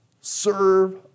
serve